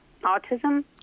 autism